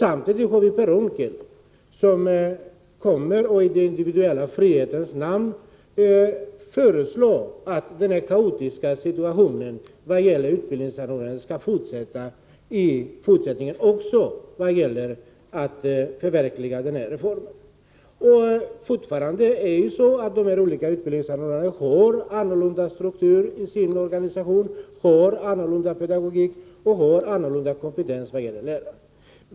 Samtidigt föreslår emellertid Per Unckel i den individuella frihetens namn att den kaotiska situationen i fråga om utbildningsanordnare skall fortsätta även när det gäller förverkligandet av denna reform. Fortfarande är det olika utbildningsanordnare samt varierande organisationsstruktur, pedagogik och kompetens.